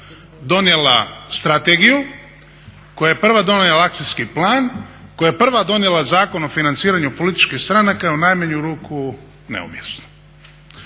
donijela strategiju, koja je prva donijela akcijski plan, koja je prva donijela Zakon o financiranju političkih stranaka je u najmanju ruku neumjesno.